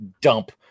dump